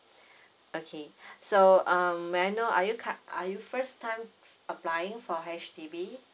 okay so um may I know are you cur~ are you first time applying for H_D_B